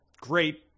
great